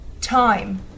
Time